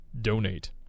donate